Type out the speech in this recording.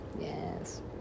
yes